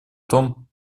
том